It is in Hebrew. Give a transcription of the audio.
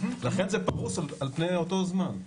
לכן זה פרוס על פני אותו זמן.